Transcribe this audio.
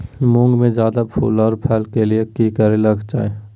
मुंग में जायदा फूल और फल के लिए की करल जाय?